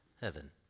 heaven